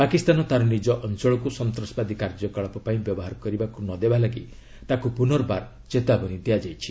ପାକିସ୍ତାନ ତା'ର ନିଜ ଅଞ୍ଚଳକ୍ତ ସନ୍ତାସବାଦୀ କାର୍ଯ୍ୟକଳାପପାଇଁ ବ୍ୟବହାର କରିବାକୁ ନ ଦେବାଲାଗି ତାକୁ ପୁନର୍ବାର ଚେତାବନୀ ଦିଆଯାଇଛି